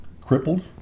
crippled